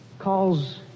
calls